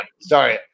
Sorry